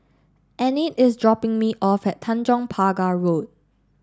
Enid is dropping me off at Tanjong Pagar Road